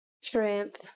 shrimp